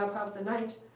up half the night.